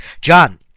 John